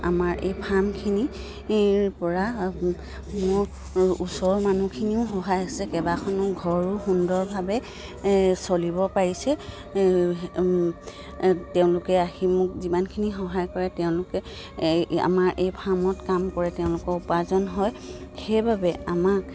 আমাৰ এই ফাৰ্মখিনিৰপৰা মোৰ ওচৰৰ মানুহখিনিও সহায় আছে কেইবাখনো ঘৰো সুন্দৰভাৱে চলিব পাৰিছে তেওঁলোকে আহি মোক যিমানখিনি সহায় কৰে তেওঁলোকে আমাৰ এই ফাৰ্মত কাম কৰে তেওঁলোকৰ উপাৰ্জন হয় সেইবাবে আমাক